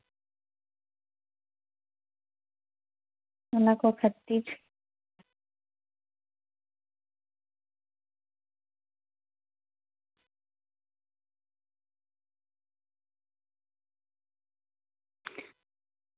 ᱚᱱᱟ ᱠᱚ ᱠᱷᱟᱹᱛᱤᱨ